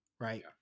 right